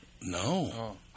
No